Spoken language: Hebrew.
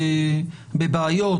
בעצם על פי ההוראה היום,